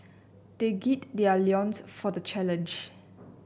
they gird their loins for the challenge